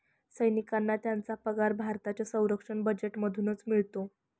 सैनिकांना त्यांचा पगार भारताच्या संरक्षण बजेटमधूनच मिळतो